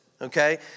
okay